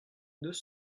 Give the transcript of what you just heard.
deux